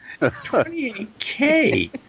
28k